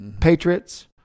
Patriots